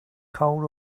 cold